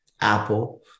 Apple